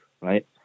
right